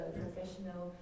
professional